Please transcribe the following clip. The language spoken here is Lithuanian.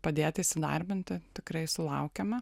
padėti įsidarbinti tikrai sulaukiame